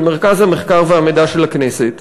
של מרכז המחקר והמידע של הכנסת,